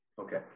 okay